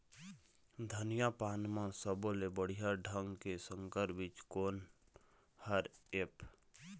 धनिया पान म सब्बो ले बढ़िया ढंग के संकर बीज कोन हर ऐप?